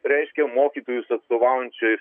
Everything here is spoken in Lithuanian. reiškia mokytojus atstovaujančiai